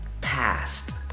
past